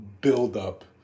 build-up